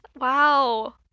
Wow